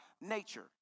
nature